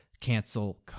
cancel